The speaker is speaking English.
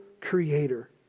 creator